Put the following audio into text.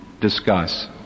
discuss